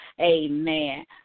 amen